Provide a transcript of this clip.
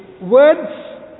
words